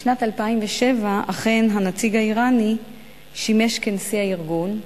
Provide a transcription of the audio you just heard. בשנת 2007 אכן הנציג האירני שימש כנשיא הארגון,